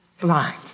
blind